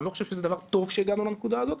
אני לא חושב שזה דבר טוב שהגענו לנקודה הזאת,